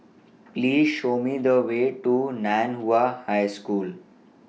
Please Show Me The Way to NAN Hua High School